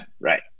Right